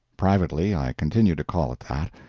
privately, i continue to call it that,